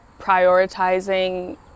prioritizing